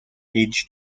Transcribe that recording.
age